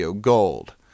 gold